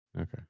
Okay